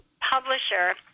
publisher